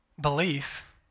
Belief